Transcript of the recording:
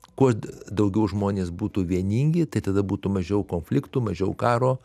kuo daugiau žmonės būtų vieningi tai tada būtų mažiau konfliktų mažiau karo